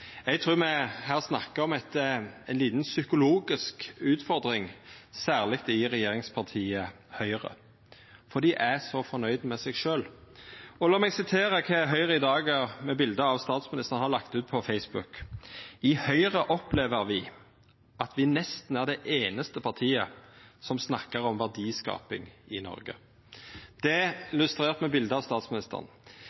Eg trur me her snakkar om ei lita psykologisk utfordring, særleg i regjeringspartiet Høgre, for dei er så fornøgde med seg sjølve. La meg sitera kva Høgre i dag, saman med eit bilde av statsministeren, har lagt ut på Facebook: «I Høyre opplever vi at vi nesten er det eneste partiet som snakker om verdiskaping i Norge.» Det